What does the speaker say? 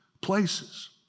places